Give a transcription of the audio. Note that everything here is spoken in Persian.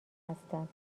هستم